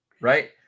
Right